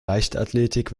leichtathletik